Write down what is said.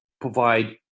provide